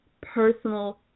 personal